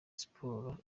sports